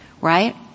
Right